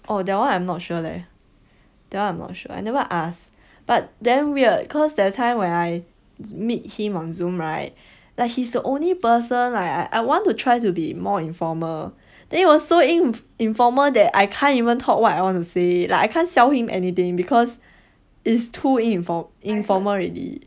oh that one I'm not sure leh that one I'm not sure I never ask but damn weird cause that time when I meet him on zoom right like he is the only person like I I want to try to be more informal then it was so in~ informal that I can't even talk what I want to say like I can't sell him anything because it's too in~ informal already